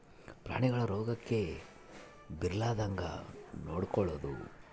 ಪ್ರಾಣಿಗಳನ್ನ ರೋಗಕ್ಕ ಬಿಳಾರ್ದಂಗ ನೊಡಕೊಳದು